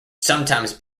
sometimes